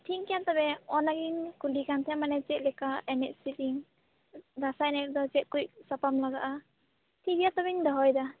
ᱴᱷᱤᱠ ᱜᱮᱭᱟ ᱛᱚᱵᱮ ᱚᱱᱟᱜᱮᱧ ᱠᱩᱞᱤᱠᱟᱱ ᱛᱟᱦᱮᱫ ᱢᱟᱱᱮ ᱪᱮᱫ ᱞᱮᱠᱟ ᱮᱱᱮᱡ ᱥᱮᱨᱮᱧ ᱫᱟᱸᱥᱟᱭ ᱮᱱᱮᱡ ᱨᱮᱫᱚ ᱪᱮᱫᱠᱩᱡ ᱥᱟᱯᱟᱵ ᱞᱟᱜᱟᱜᱼᱟ ᱴᱷᱤᱠ ᱜᱮᱭᱟ ᱛᱚᱵᱮᱧ ᱫᱚᱦᱚᱭᱮᱫᱟ